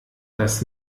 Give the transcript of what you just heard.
das